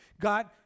God